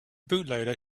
bootloader